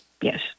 Yes